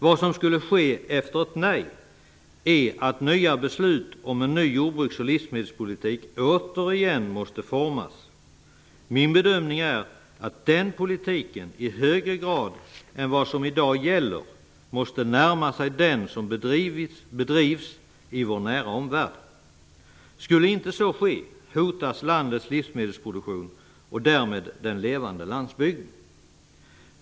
Vad som skulle ske efter ett nej är att nya beslut om en ny jordbruksoch livsmedelspolitik återigen måste formas. Min bedömning är att den politiken i högre grad än vad som i dag gäller måste närma sig den som bedrivs i vår nära omvärld. Skulle inte så ske, hotas landets livsmedelsproduktion och därmed den levande landsbygden.